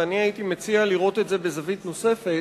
והייתי מציע לראות את זה בזווית נוספת,